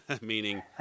meaning